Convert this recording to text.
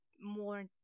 more